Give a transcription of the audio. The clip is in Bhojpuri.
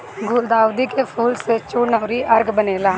गुलदाउदी के फूल से चूर्ण अउरी अर्क बनेला